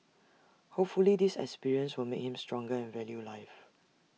hopefully this experience will make him stronger and value life